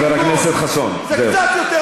בדיוק בשביל זה צריך לבטל את החוק.